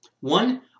One